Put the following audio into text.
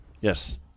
Yes